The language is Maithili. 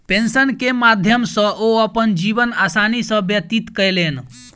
पेंशन के माध्यम सॅ ओ अपन जीवन आसानी सॅ व्यतीत कयलैन